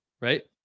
right